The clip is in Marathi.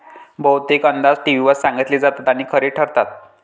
बहुतेक अंदाज टीव्हीवर सांगितले जातात आणि खरे ठरतात